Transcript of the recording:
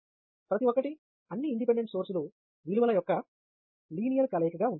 ప్రతి ఒక్కటి అన్ని ఇండిపెండెంట్ సోర్సులు విలువల యొక్క లీనియర్ కలయిక గా ఉంటుంది